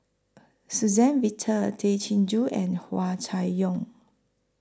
Suzann Victor Tay Chin Joo and Hua Chai Yong